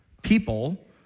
People